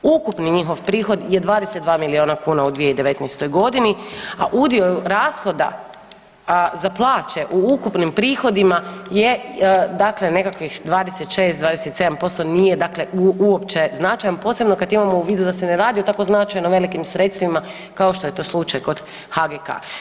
Ukupni njihov prihod je 22 milijuna u 2019. g. a udio rashoda za plaće u ukupnim prohodima je dakle nekakvih 26, 27%, nije dakle uopće značajan, posebno kad imamo u vodu da se ne radi o tako značajnim velikim sredstvima kao što je slučaj kod HGK.